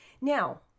now